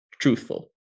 truthful